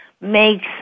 makes